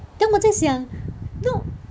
then 我在想 no